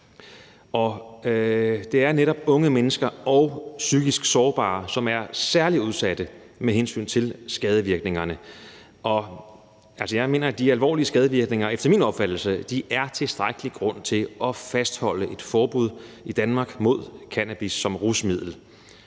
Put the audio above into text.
Det er netop unge mennesker og psykisk sårbare, der er særlig udsatte med hensyn til skadevirkningerne. Jeg mener, at de alvorlige skadevirkninger er tilstrækkelig grund til at fastholde et forbud i Danmark mod cannabis som rusmiddel.